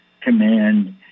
Command